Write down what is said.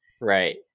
Right